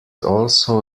also